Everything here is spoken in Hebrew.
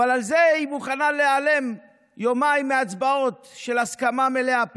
על זה היא מוכנה להיעלם יומיים מהצבעות של הסכמה מלאה,